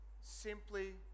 simply